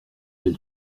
elle